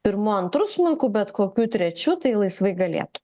pirmu antru smuiku bet kokiu trečiu tai laisvai galėtų